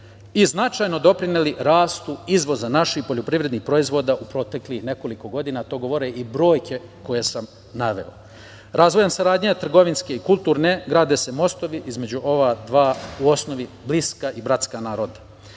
i značajno doprineli rastu izvoza naših poljoprivrednih proizvoda u proteklih nekoliko godina, a to govore i brojke koje sam naveo. Razvojem saradnje trgovinske i kulturne grade se mostovi između ova dva u osnovu bliska i bratska naroda.